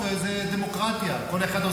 זו דמוקרטיה, כל אחד עושה,